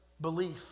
belief